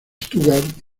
stuttgart